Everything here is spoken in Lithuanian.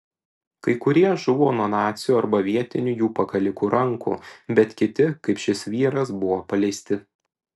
kai kurie žuvo nuo nacių arba vietinių jų pakalikų rankų bet kiti kaip šis vyras buvo paleisti